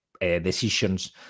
decisions